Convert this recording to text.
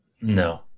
no